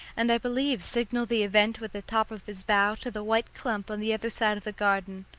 and i believe signalled the event with the top of his bough to the white clump on the other side of the garden.